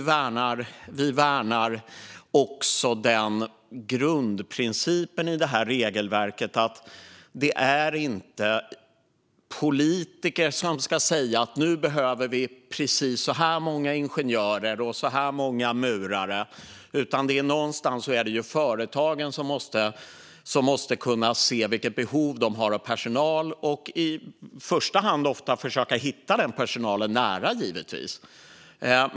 Vi värnar grundprincipen i regelverket att det inte är politiker som ska säga att nu behöver vi precis så här många ingenjörer och så här många murare utan att det är företagen som måste kunna se vilket behov de har av personal och i första hand försöka hitta denna personal, nära givetvis.